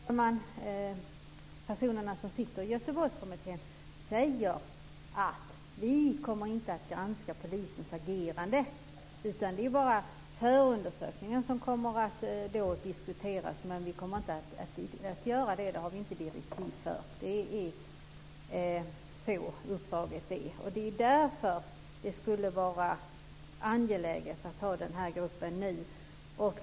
Fru talman! Personerna som sitter i Göteborgskommittén säger: Vi kommer inte att granska polisens agerande. Det är bara förundersökningarna som kommer att diskuteras. Vi kommer inte att göra det. Det har vi inte direktiv för. Det är så uppdraget är. Det är därför det skulle vara angeläget att ha den här gruppen nu.